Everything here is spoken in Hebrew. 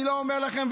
אני לא אומר לכם,